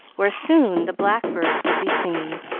where soon the blackbirds would be singing.